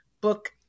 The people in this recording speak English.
book